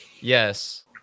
Yes